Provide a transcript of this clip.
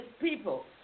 people